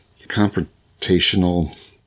confrontational